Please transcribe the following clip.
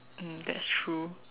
mm that's true